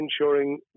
ensuring